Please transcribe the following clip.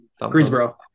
Greensboro